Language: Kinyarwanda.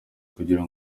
kugira